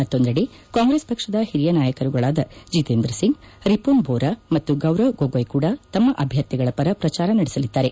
ಮತ್ತೊಂದೆಡೆ ಕಾಂಗ್ರೆಸ್ ಪಕ್ಷದ ಹಿರಿಯ ನಾಯಕರುಗಳಾದ ಜಿತೇಂದ್ರ ಸಿಂಗ್ ರಿಮನ್ ಬೋರಾ ಮತ್ತು ಗೌರವ್ ಗೊಗೊಯಿ ಕೂಡ ತಮ್ಮ ಅಭ್ಯರ್ಥಿಗಳ ಪರ ಪ್ರಚಾರ ನಡೆಸಲಿದ್ದಾರೆ